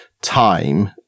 time